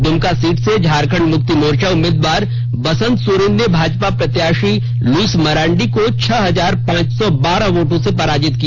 Dumka seat से झारखंड मुक्ति मोर्चा उम्मीदवार बसंत सोरेन ने भाजपा प्रत्याशी लुईस मरांडी को छह हजार पांच सौ बारह वोटों से पराजित किया